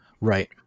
Right